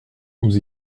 nous